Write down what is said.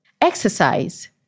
exercise